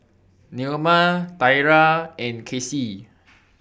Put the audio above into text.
Naoma Thyra and Casie